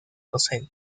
docente